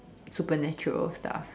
supernatural stuff